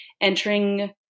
entering